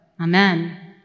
Amen